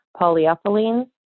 polyethylene